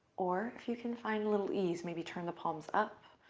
or if you can find a little ease. maybe turn the palms up,